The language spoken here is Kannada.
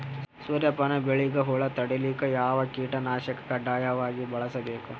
ಸೂರ್ಯಪಾನ ಬೆಳಿಗ ಹುಳ ತಡಿಲಿಕ ಯಾವ ಕೀಟನಾಶಕ ಕಡ್ಡಾಯವಾಗಿ ಬಳಸಬೇಕು?